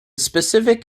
specific